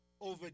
over